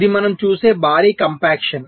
ఇది మనం చూసే భారీ కంప్యాక్షన్